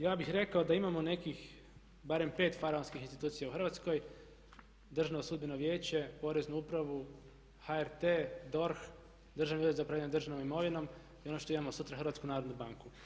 Ja bih rekao da imamo nekih barem pet faraonskih institucija u Hrvatskoj – Državno sudbeno vijeće, Poreznu upravu, HRT, DORH, Državni ured za upravljanje državnom imovinom i ono što imamo sutra HNB.